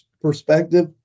perspective